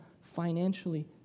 financially